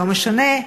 לא משנה,